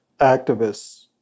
activists